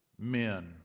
men